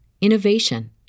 innovation